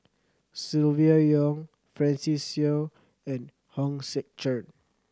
Silvia Yong Francis Seow and Hong Sek Chern